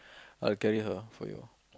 I will carry her for you